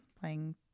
playing